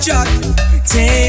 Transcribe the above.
Take